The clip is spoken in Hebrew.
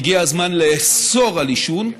הגיע הזמן לאסור על עישון,